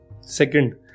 Second